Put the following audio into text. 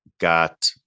got